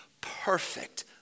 perfect